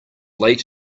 late